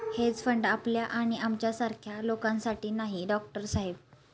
hedge fund आपल्या आणि आमच्यासारख्या लोकांसाठी नाही, डॉक्टर साहेब